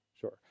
Sure